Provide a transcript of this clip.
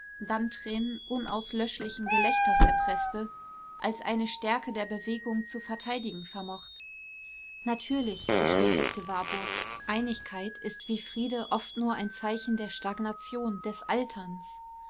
dann tränen unauslöschlichen gelächters erpreßte als eine stärke der bewegung zu verteidigen vermocht natürlich bestätigte warburg einigkeit ist wie friede oft nur ein zeichen der stagnation des alterns